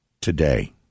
today